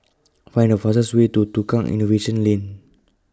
Find The fastest Way to Tukang Innovation Lane